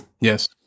Yes